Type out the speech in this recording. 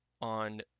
on